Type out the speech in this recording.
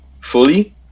fully